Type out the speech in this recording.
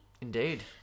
Indeed